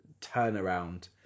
turnaround